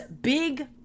big